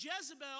Jezebel